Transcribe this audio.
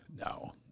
No